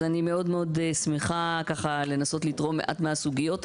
אז אני מאוד מאוד שמחה לנסות לתרום מעט מהסוגיות.